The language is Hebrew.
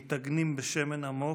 מיטגנים בשמן עמוק,